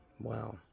wow